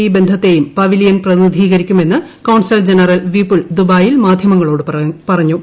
E ബന്ധത്തെയും pavilion പ്രതിനിധീകരിക്കുമെന്ന് consul general Vipul ദുബായിൽ മാധ്യമങ്ങളോട് പറഞ്ഞു